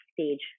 stage